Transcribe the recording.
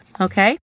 Okay